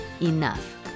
enough